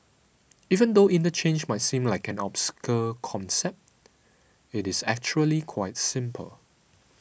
even though interchange might seem like an obscure concept it is actually quite simple